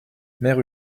mère